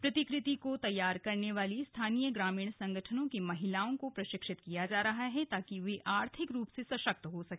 प्रतिकृति को तैयार करने वाली स्थानीय ग्रामीण संगठनों की महिलाओं को प्रशिक्षित किया जा रहा है ताकि वे आर्थिक रूप से सशक्त हो सके